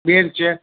bed છે